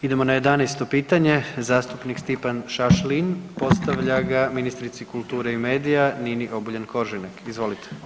Idemo na 11. pitanje, zastupnik Stipan Šašlin postavlja ga ministrici kulture i medija Nini Obuljen Koržinek, izvolite.